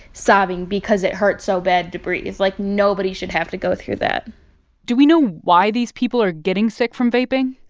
sobbing because it hurt hurt so bad to breathe. like, nobody should have to go through that do we know why these people are getting sick from vaping?